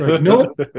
nope